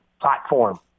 platform